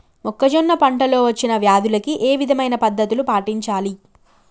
మొక్కజొన్న పంట లో వచ్చిన వ్యాధులకి ఏ విధమైన పద్ధతులు పాటించాలి?